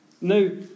no